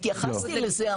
התייחסתי לזה,